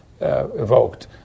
evoked